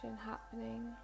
happening